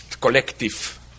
collective